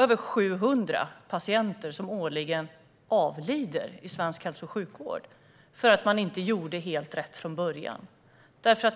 Över 700 patienter avlider årligen inom svensk hälso och sjukvård för att man inte gjorde helt rätt från början.